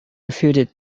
refuted